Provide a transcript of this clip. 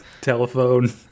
telephone